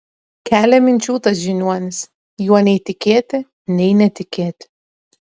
kelia minčių tas žiniuonis juo nei tikėti nei netikėti